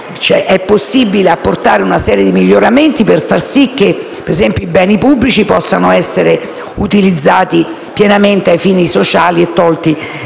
è possibile apportare una serie di miglioramenti per far sì, ad esempio, che alcuni beni pubblici possano essere utilizzati pienamente ai fini sociali e tolti